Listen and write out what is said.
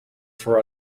for